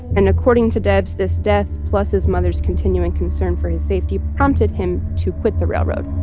and according to debs, this death plus his mother's continuing concern for his safety prompted him to quit the railroad